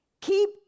keep